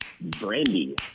brandy